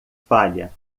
falha